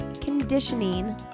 conditioning